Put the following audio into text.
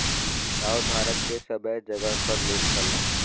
चाउर भारत के सबै जगह क लोग खाला